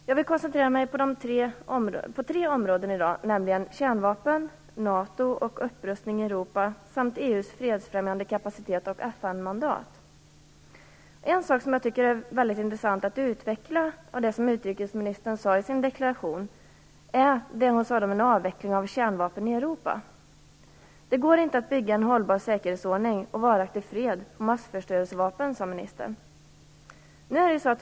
Jag vill koncentrera mig på tre områden i dag: kärnvapen, NATO och upprustning i Europa samt EU:s fredsfrämjande kapacitet och FN Det finns en sak som jag tycker är väldigt intressant att utveckla av det som utrikesministern sade i sin deklaration. Det gäller det som hon sade om en avveckling av kärnvapen i Europa: Det går inte att bygga en hållbar säkerhetsordning och varaktig fred med massförstörelsevapen.